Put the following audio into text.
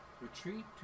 Retreat